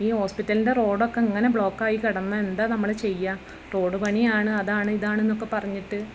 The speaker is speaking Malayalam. ഈ ഹോസ്പിറ്റലിന്റെ റോഡൊക്കെ ഇങ്ങനെ ബ്ലോക്കായി കിടന്നാൽ എന്താ നമ്മള് ചെയ്യുക റോഡ് പണിയാണ് അതാണ് ഇതാണ് എന്നൊക്കെ പറഞ്ഞിട്ട്